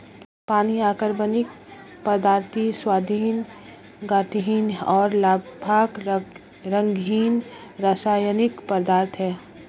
पानी अकार्बनिक, पारदर्शी, स्वादहीन, गंधहीन और लगभग रंगहीन रासायनिक पदार्थ है